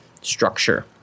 structure